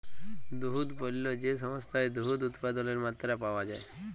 দুহুদ পল্য যে সংস্থায় দুহুদ উৎপাদলের মাত্রা পাউয়া যায়